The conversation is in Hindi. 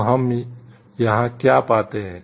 तो हम यहाँ क्या पाते हैं